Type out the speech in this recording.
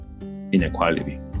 inequality